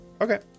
okay